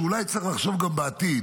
שאולי צריך לחשוב גם בעתיד,